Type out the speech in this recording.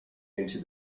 into